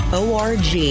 org